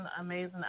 amazing